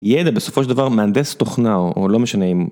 ידע בסופו של דבר מהנדס תוכנה או לא משנה אם.